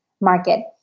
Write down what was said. market